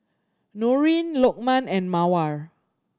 Nurin Lokman and Mawar